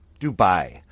Dubai